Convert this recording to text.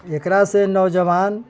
एकरासँ नौजवान